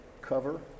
cover